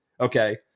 Okay